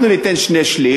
אנחנו ניתן שליש,